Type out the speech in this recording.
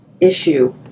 issue